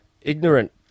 ignorant